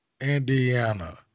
Indiana